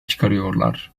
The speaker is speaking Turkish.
çıkarıyorlar